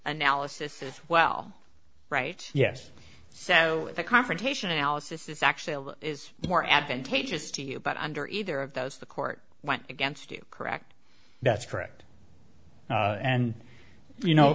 analysis is well right yes so the confrontation analysis is actually is more advantageous to you but under either of those the court went against you correct that's correct and you know